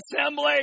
assembly